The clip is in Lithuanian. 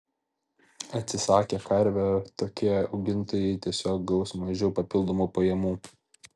atsisakę karvių tokie augintojai tiesiog gaus mažiau papildomų pajamų